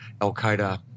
al-Qaeda